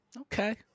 Okay